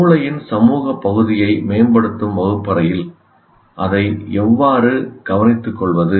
மூளையின் சமூக பகுதியை மேம்படுத்தும் வகுப்பறையில் அதை எவ்வாறு கவனித்துக்கொள்வது